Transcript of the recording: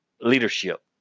leadership